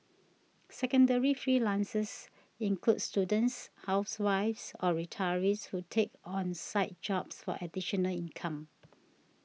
secondary freelancers include students housewives or retirees who take on side jobs for additional income